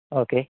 okay